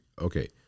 Okay